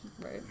right